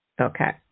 Okay